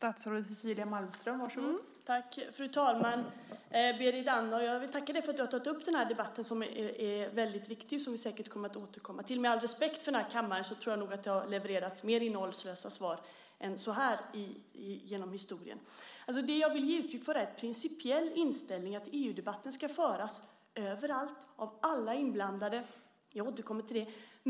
Fru talman! Jag vill tacka dig, Berit Andnor, för att du har tagit upp den här debatten. Den är väldigt viktig, och vi kommer säkert att återkomma till den. Med all respekt för kammaren tror jag nog att det har levererats mer innehållslösa svar än så här genom historien. Det jag vill ge uttryck för är en principiell inställning. EU-debatten ska föras överallt av alla inblandade. Jag återkommer till det.